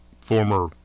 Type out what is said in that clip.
former